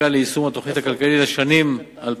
ולגמלאים בצה"ל תוספת בשם "אי-קביעות".